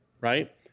Right